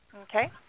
Okay